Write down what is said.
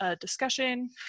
discussion